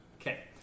Okay